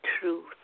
truth